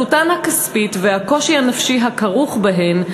עלותן הכספית והקושי הנפשי הכרוך בהן,